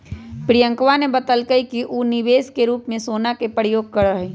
प्रियंकवा ने बतल कई कि ऊ निवेश के रूप में सोना के प्रयोग करा हई